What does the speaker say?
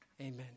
Amen